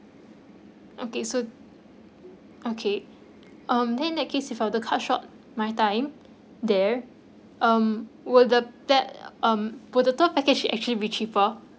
okay so okay um then in that case if I were to cut short my time there um will the that um will the tour package actually be cheaper